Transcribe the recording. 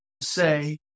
say